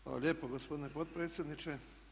Hvala lijepo gospodine potpredsjedniče.